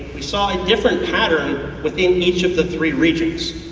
we saw a different pattern within each of the three regions.